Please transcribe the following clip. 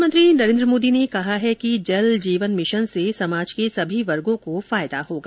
प्रधानमंत्री नरेन्द्र मोदी ने कहा है कि जल जीवन मिशन से समाज के सभी वर्गों को लाभ होगा